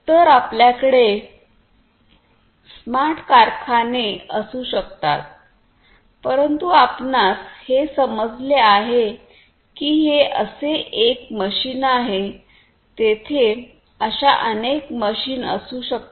तर आपल्याकडे स्मार्ट कारखाने असू शकतात परंतु आपणास हे समजले आहे की हे असे एक मशीन आहे तेथे अशा अनेक मशीन असू शकतात